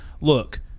look